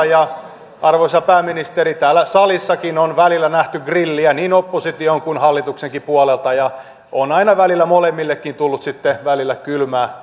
ja arvoisa pääministeri täällä salissakin on välillä nähty grilliä niin opposition kuin hallituksenkin puolelta ja on aina välillä molemmillekin tullut sitten kylmää